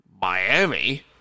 Miami